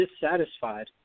dissatisfied